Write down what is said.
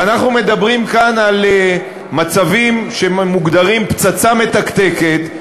ואנחנו מדברים כאן על מצבים שמוגדרים "פצצה מתקתקת",